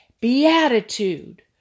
Beatitude